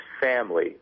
family